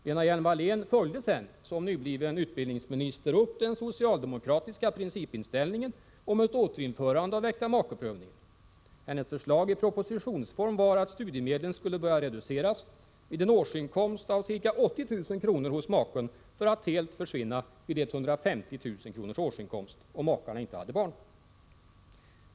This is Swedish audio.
Lena Hjelm-Wallén följde sedan som nybliven utbildningsminister upp den socialdemokratiska principinställningen om ett återinförande av äktamakeprövningen. Hennes förslag i propositionsform var att studiemedlen skulle börja reduceras vid en årsinkomst av ca 80 000 kr. hos maken för att helt försvinna vid 150 000 kr. årsinkomst, om makarna inte hade barn.